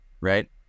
right